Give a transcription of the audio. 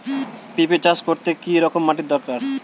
পেঁপে চাষ করতে কি রকম মাটির দরকার?